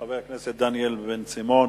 חבר הכנסת דניאל בן-סימון,